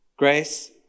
Grace